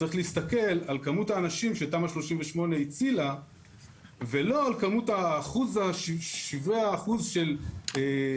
צריך להסתכל על כמות האנשים שתמ"א 38 הצילה ולא על אחוז של חיזוק